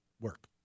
Work